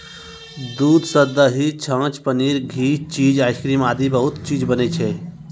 दूध सॅ दही, छाछ, पनीर, घी, चीज, आइसक्रीम आदि बहुत चीज बनै छै